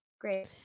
great